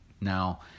Now